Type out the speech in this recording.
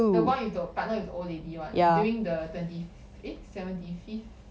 the one with the partner with old lady one during the twentieth eh seventy fifth